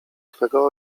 twego